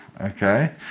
okay